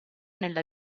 nella